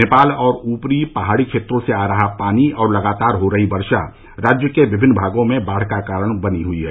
नेपाल और ऊपरी पहाड़ी क्षेत्रों से आ रहा पानी और लगातार हो रही वर्षा राज्य के विभिन्न भागों में बाढ़ का कारण बनी हई है